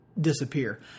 disappear